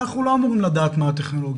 אנחנו לא אמורים לדעת מה הטכנולוגיות,